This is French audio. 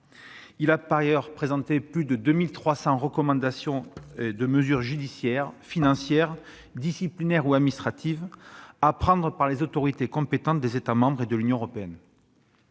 Il a par ailleurs présenté plus de 2 300 recommandations concernant des mesures judiciaires, financières, disciplinaires et administratives que devraient prendre les autorités compétentes des États membres et de l'Union européenne.